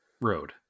road